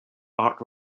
art